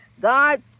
God